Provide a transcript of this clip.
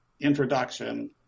introduction